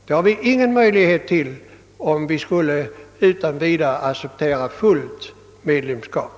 Det har vi ingen möjlighet till om vi utan vidare skulle acceptera fullt medlemskap.